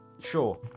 sure